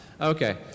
Okay